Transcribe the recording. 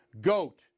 GOAT